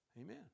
Amen